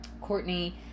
Courtney